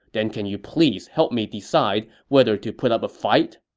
then can you please help me decide whether to put up a fight?